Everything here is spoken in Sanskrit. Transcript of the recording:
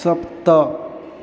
सप्त